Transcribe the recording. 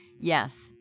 Yes